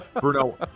Bruno